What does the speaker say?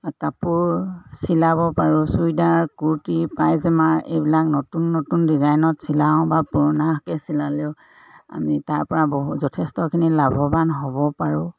কাপোৰ চিলাব পাৰোঁ চুইডাৰ কুৰ্তি পাইজেমা এইবিলাক নতুন নতুন ডিজাইনত চিলাওঁ বা পুৰণাকৈ চিলালেও আমি তাৰপৰা বহু যথেষ্টখিনি লাভৱান হ'ব পাৰোঁ